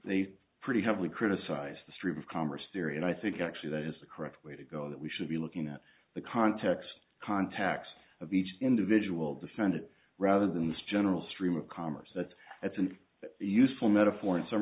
they pretty heavily criticized the stream of commerce theory and i think actually that is the correct way to go that we should be looking at the context contacts of each individual defended rather than this general stream of commerce that that's an useful metaphor in some